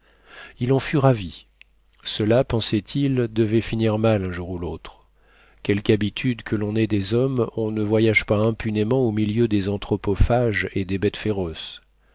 il en fut ravi cela pensait-il devait finir mal un jour ou l'autre quelque habitude que l'on ait des hommes on ne voyage pas impunément au milieu des anthropophages et des bêtes féroces